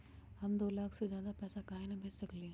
हम दो लाख से ज्यादा पैसा काहे न भेज सकली ह?